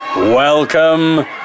Welcome